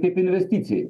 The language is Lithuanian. kaip investicijai